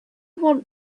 want